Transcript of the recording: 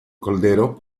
cordero